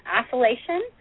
isolation